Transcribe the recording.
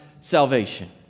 salvation